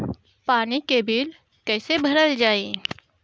पानी के बिल कैसे भरल जाइ?